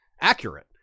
accurate